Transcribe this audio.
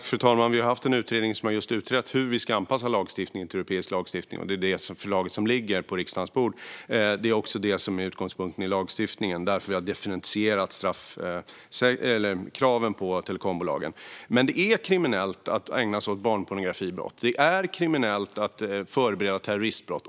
Fru talman! Vi har haft en utredning som utrett just hur vi ska anpassa vår lagstiftning till europeisk lagstiftning. Det är det förslaget som ligger på riksdagens bord. Det är också det som är utgångspunkten i lagstiftningen, och det är därför vi har differentierat kraven på telekombolagen. Men det är kriminellt att ägna sig åt barnpornografibrott. Det är kriminellt att förbereda terroristbrott.